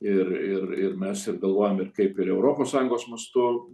ir ir ir mes ir galvojam ir kaip ir europos sąjungos mastu